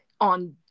on